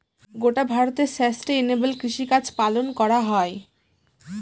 গোটা ভারতে সাস্টেইনেবল কৃষিকাজ পালন করা হয়